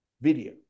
video